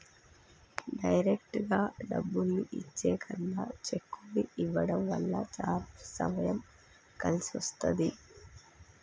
డైరెక్టుగా డబ్బుల్ని ఇచ్చే కన్నా చెక్కుల్ని ఇవ్వడం వల్ల చానా సమయం కలిసొస్తది